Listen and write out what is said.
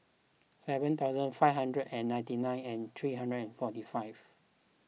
seven thousand five hundred and ninety nine and three hundred and forty five